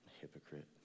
Hypocrite